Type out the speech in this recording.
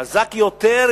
חזק יותר,